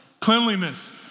Cleanliness